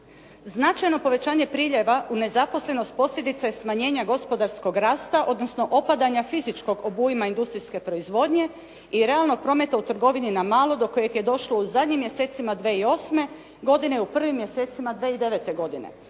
Značajno povećanje priljeva u nezaposlenost posljedica je smanjenja gospodarskog rasta, odnosno opadanja fizičkog obujma industrijske proizvodnje i realnog prometa u trgovini na malo do kojeg je došlo u zadnjim mjesecima 2008. godine i u prvim mjesecima 2009. godine.